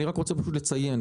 אני רוצה לציין,